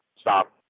stop